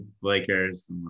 Lakers